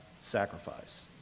sacrifice